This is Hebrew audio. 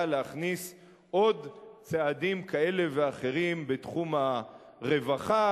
להכניס עוד צעדים כאלה ואחרים בתחום הרווחה,